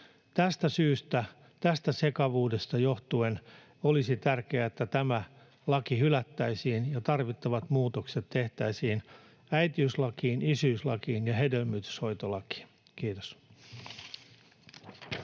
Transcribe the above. Tästä sekavuudesta johtuen olisi tärkeää, että tämä laki hylättäisiin ja tarvittavat muutokset tehtäisiin äitiyslakiin, isyyslakiin ja hedelmöityshoitolakiin. — Kiitos.